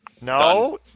No